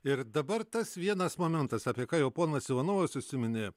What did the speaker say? ir dabar tas vienas momentas apie ką jau ponas ivanovas užsiminė